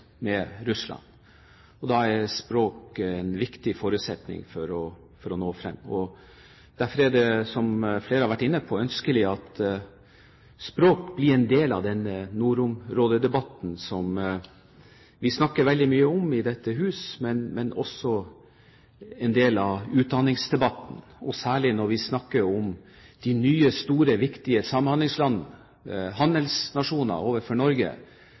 med Russland. Da er språk en viktig forutsetning for å nå frem. Og derfor er det, som flere har vært inne på, ønskelig at språk blir en del av denne nordområdedebatten, som vi snakker veldig mye om i dette huset, men også en del av utdanningsdebatten, og særlig når vi snakker om de nye, store, viktige samhandlingslandene, nasjoner som handler med Norge,